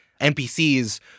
NPCs